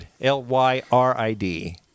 L-Y-R-I-D